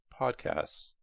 podcasts